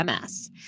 MS